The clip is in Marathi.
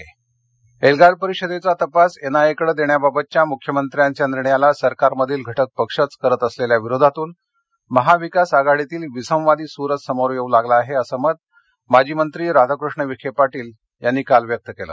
एल्गार अहमदनगर एल्गार परिषदेचा तपास एन आय ए कडे देण्याबाबतच्या मुख्यमंत्र्यांच्या निर्णयाला सरकारमधील घटक पक्षच करीत असलेल्या विरोधातून महाविकास आघाडीतील विसंवादी सूरच समोर येवू लागला आहे असं मत माजी मंत्री राधाकृष्ण विखे पाटील यांनी काल व्यक्त केलं